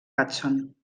hudson